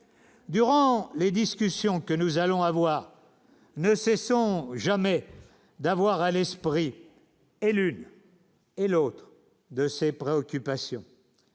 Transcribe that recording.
durant les discussions que nous allons avoir, ne cessant jamais d'avoir à l'esprit et l'une et l'autre de ses préoccupations,